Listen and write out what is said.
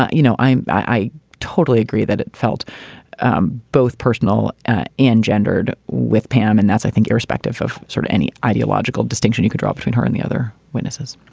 ah you know, i totally agree that it felt um both personal and gendered with pam. and that's i think irrespective of sort of any ideological distinction you could draw between her and the other witnesses.